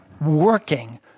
working